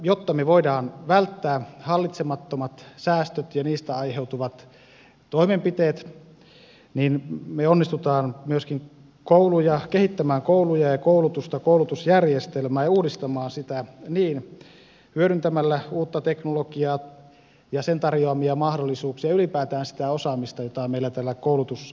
jotta me voimme välttää hallitsemattomat säästöt ja niistä aiheutuvat toimenpiteet on hyvin tärkeätä että me onnistumme kehittämään kouluja ja koulutusta koulutusjärjestelmää ja uudistamaan sitä hyödyntämällä uutta teknologiaa ja sen tarjoamia mahdollisuuksia ylipäätään sitä osaamista jota meillä tällä koulutussektorilla on